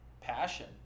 Passion